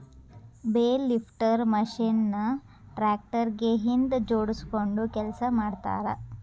bale lifter machine ನ tractor ಗೆ ಹಿಂದ್ ಜೋಡ್ಸ್ಕೊಂಡು ಕೆಲಸ ಮಾಡ್ತಾರ